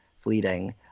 fleeting